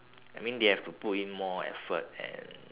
I mean they have to put in more effort and